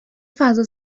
فضا